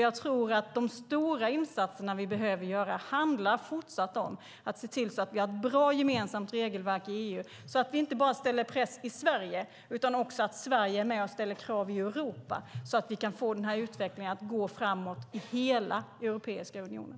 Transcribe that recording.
Jag tror att de stora insatserna som vi behöver göra fortfarande handlar om att se till att vi har ett bra gemensamt regelverk i EU så att vi inte bara sätter press i Sverige utan också att Sverige är med och ställer krav i Europa så att vi kan få den här utvecklingen att gå framåt i hela Europeiska unionen.